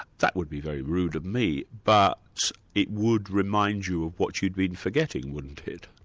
that would be very rude of me, but it would remind you of what you'd been forgetting, wouldn't it?